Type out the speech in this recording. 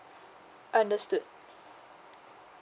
understood